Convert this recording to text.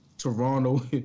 Toronto